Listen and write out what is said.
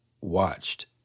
watched